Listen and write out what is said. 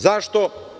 Zašto?